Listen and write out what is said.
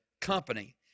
company